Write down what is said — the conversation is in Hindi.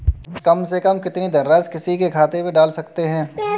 कम से कम कितनी धनराशि किसी के खाते में डाल सकते हैं?